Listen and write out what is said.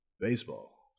Baseball